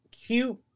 cute